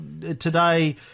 today